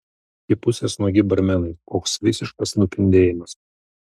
iki pusės nuogi barmenai koks visiškas nupindėjimas